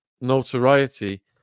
notoriety